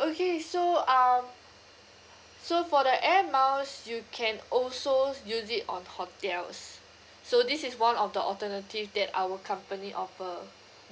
okay so um so for the air miles you can also use it on hotels so this is one of the alternatives that our company offer